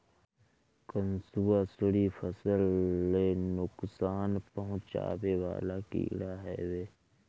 कंसुआ, सुंडी फसल ले नुकसान पहुचावे वाला कीड़ा हवे